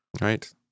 right